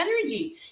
energy